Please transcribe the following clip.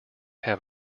have